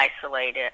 isolated